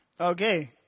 Okay